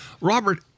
Robert